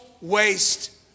waste